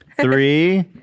Three